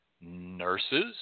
nurses